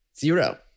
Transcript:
zero